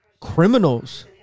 criminals